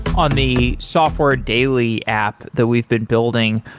on the software daily app that we've been building,